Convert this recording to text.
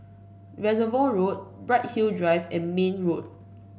Reservoir Road Bright Hill Drive and Mayne Road